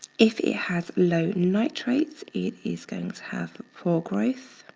if it has low nitrates, it is going to have poor growth